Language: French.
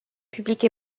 publiques